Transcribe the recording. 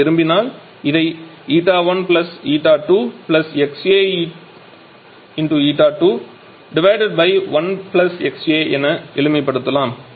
நாம் விரும்பினால் இதை 𝜂1𝜂2𝑥𝐴𝜂2 1𝑥𝐴 என எளிமைப்படுத்தலாம்